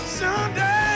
someday